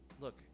Look